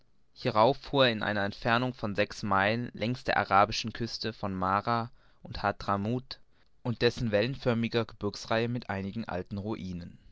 hierauf fuhr er in einer entfernung von sechs meilen längs der arabischen küsten von mahra und hadramaut und dessen wellenförmiger gebirgsreihe mit einigen alten ruinen